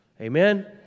Amen